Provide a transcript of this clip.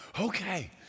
okay